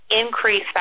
increase